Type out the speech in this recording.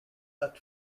that